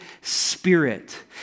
Spirit